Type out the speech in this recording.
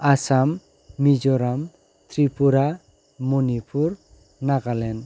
Assam Mizoram Tripura Manipur Nagaland